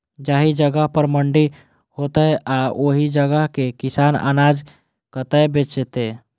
जाहि जगह पर मंडी हैते आ ओहि जगह के किसान अनाज कतय बेचते?